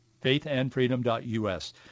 faithandfreedom.us